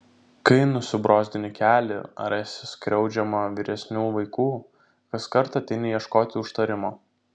kai nusibrozdini kelį ar esi skriaudžiama vyresnių vaikų kaskart ateini ieškoti užtarimo